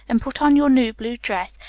and put on your new blue dress,